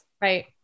Right